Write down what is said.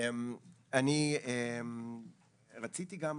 אני רציתי גם